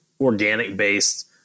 organic-based